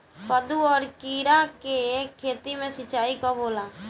कदु और किरा के खेती में सिंचाई कब होला?